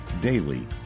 daily